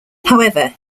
however